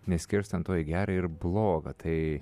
neskirstant to į gera ir bloga tai